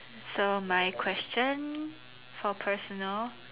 so my question for personal